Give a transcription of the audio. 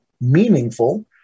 meaningful